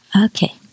Okay